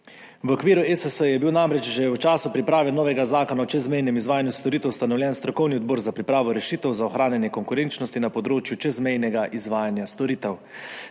V okviru ESS je bil namreč že v času priprave novega zakona o čezmejnem izvajanju storitev ustanovljen Strokovni odbor za pripravo rešitev za ohranjanje konkurenčnosti na področju čezmejnega izvajanja storitev.